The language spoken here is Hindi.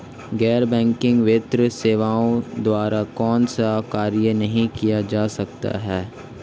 गैर बैंकिंग वित्तीय सेवाओं द्वारा कौनसे कार्य नहीं किए जा सकते हैं?